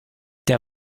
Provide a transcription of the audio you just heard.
der